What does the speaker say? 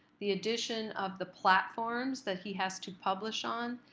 the addition of the platforms that he has to publish on,